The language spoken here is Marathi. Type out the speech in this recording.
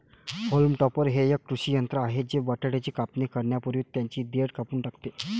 होल्म टॉपर हे एक कृषी यंत्र आहे जे बटाट्याची कापणी करण्यापूर्वी त्यांची देठ कापून टाकते